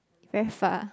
very far